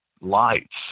lights